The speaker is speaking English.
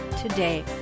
today